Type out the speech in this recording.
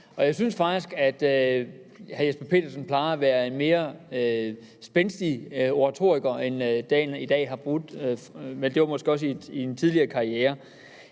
jeg synes faktisk, at hr. Jesper Petersen plejer at være en mere spændstig oratoriker, end han har været i dag, men det var måske i hans tidligere karriere.